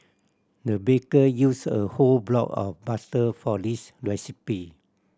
the baker used a whole block of butter for this recipe